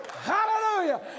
Hallelujah